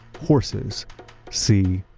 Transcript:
horses c.